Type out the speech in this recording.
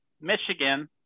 Michigan